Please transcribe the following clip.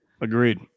Agreed